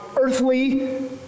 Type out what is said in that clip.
earthly